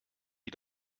die